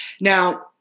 Now